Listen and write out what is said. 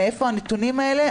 מאיפה הנתונים האלה?